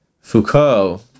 Foucault